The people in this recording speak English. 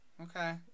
Okay